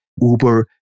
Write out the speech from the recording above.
Uber